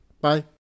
Bye